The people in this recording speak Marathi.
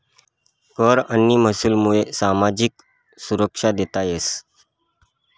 कर आणि महसूलमुये सामाजिक सुरक्षा देता येस